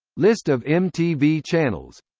list of mtv channels